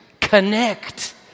Connect